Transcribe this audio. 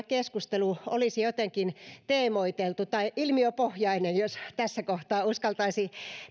keskustelu olisi jotenkin teemoiteltu tai ilmiöpohjainen jos tässä kohtaa uskaltaisi